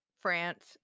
France